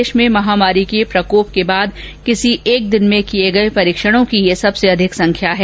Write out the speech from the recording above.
देश में महामारी के प्रकोप के बाद किसी एक दिन में किये गए परीक्षणों की यह सबसे अधिक संख्या है